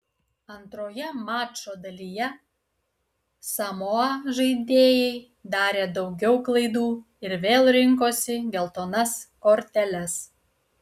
antroje mačo dalyje samoa žaidėjai darė daugiau klaidų ir vėl rinkosi geltonas korteles